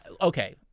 Okay